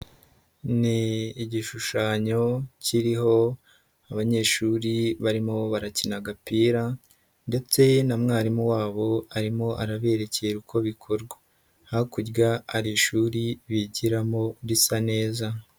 Ni igishushanyo kiriho abanyeshuri barimo barakina agapira ndetse na mwarimu wabo arimo araberekera uko bikorwa, hakurya hari ishuri bigiramo risa neza.